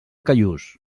callús